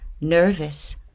nervous